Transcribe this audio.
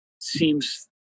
seems